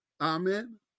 Amen